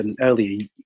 earlier